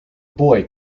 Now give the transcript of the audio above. boy